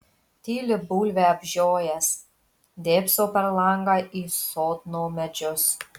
tyli bulvę apžiojęs dėbso per langą į sodno medžius